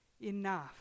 enough